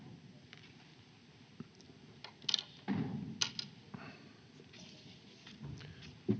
Kiitos.